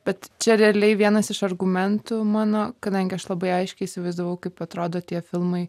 bet čia realiai vienas iš argumentų mano kadangi aš labai aiškiai įsivaizdavau kaip atrodo tie filmai